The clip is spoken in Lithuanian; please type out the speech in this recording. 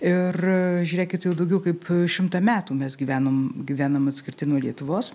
ir žiūrėkit jau daugiau kaip šimtą metų mes gyvenom gyvenam atskirti nuo lietuvos